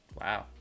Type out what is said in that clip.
Wow